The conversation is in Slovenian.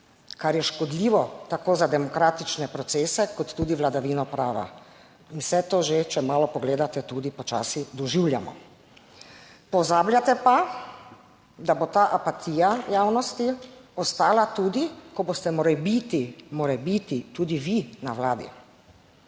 kar je škodljivo tako za demokratične procese, kot tudi vladavino prava. In vse to že, če malo pogledate, tudi počasi doživljamo. Pozabljate pa, da bo ta apatija javnosti ostala tudi, ko boste morebiti, morebiti tudi vi na Vladi.